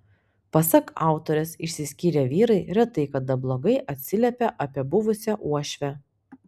pasak autorės išsiskyrę vyrai retai kada blogai atsiliepia apie buvusią uošvę